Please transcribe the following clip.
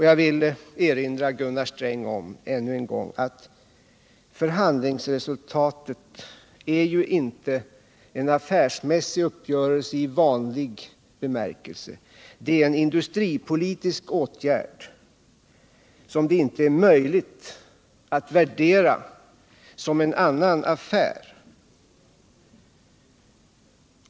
Jag vill än en gång erinra Gunnar Sträng om att förhandlingsresultatet inte är en affärsmässig uppgörelse i vanlig bemärkelse. Det är en industripolitisk åtgärd som det inte är möjligt att värdera som en annan affär.